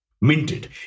Minted